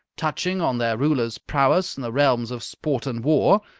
touching on their ruler's prowess in the realms of sport and war,